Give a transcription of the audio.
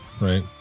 right